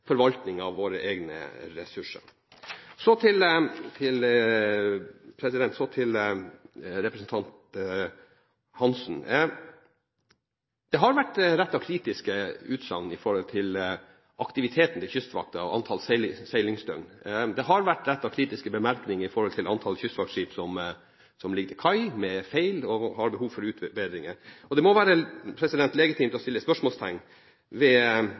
forvaltning av våre egne ressurser. Så til representanten Hansen. Det har kommet kritiske utsagn med hensyn til aktiviteten til Kystvakten og antall seilingsdøgn. Det har kommet kritiske bemerkninger med hensyn til antallet kystvaktskip som ligger til kai med feil, og som har behov for utbedringer. Det må være legitimt å sette spørsmålstegn ved